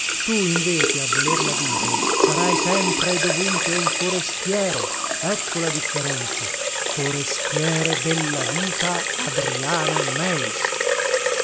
tu invece a volerla dire sarai sempre e dovunque un forestiere ecco la differenza forestiere della vita adriano meis